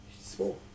Small